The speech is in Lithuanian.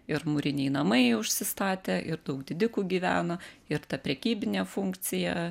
ir mūriniai namai užsistatė ir daug didikų gyveno ir ta prekybinė funkcija